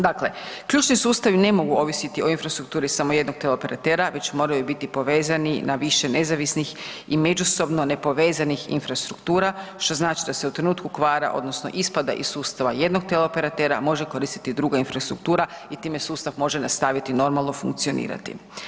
Dakle, ključni sustavi ne mogu ovisiti o infrastrukturi samo jednog teleoperatera već moraju biti povezani na više nezavisnih i međusobno nepovezanih infrastruktura, što znači da se u trenutku kvara odnosno ispada iz sustava jednog teleoperatera može koristiti druga infrastruktura i time sustav može nastaviti normalno funkcionirati.